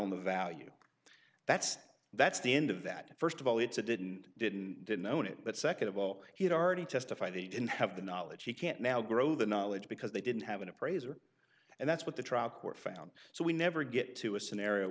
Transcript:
on the value that's that's the end of that first of all it's a didn't didn't didn't own it but second of all he had already testified that he didn't have the knowledge he can't now grow the knowledge because they didn't have an appraiser and that's what the trial court found so we never get to a scenario